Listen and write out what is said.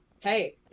Hey